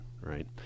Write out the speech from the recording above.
right